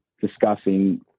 discussing